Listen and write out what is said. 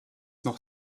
noch